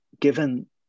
given